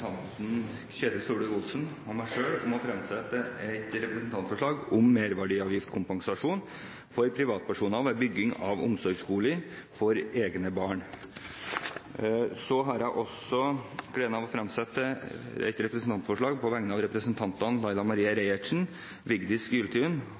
representanten Ketil Solvik-Olsen og meg selv å fremsette et representantforslag om merverdiavgiftskompensasjon for privatpersoner ved bygging av omsorgsbolig for egne barn. Så har jeg også gleden av å fremsette et representantforslag på vegne av representantene Laila Marie